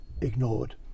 ignored